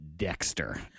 Dexter